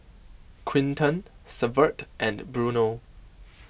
Quinton Severt and Bruno